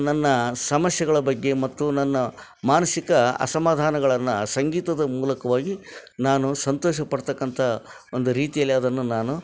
ನನ್ನ ಸಮಸ್ಯೆಗಳ ಬಗ್ಗೆ ಮತ್ತು ನನ್ನ ಮಾನಸಿಕ ಅಸಮಾಧಾನಗಳನ್ನು ಸಂಗೀತದ ಮೂಲಕವಾಗಿ ನಾನು ಸಂತೋಷಪಡತಕ್ಕಂಥ ಒಂದು ರೀತಿಯಲ್ಲಿ ಅದನ್ನು ನಾನು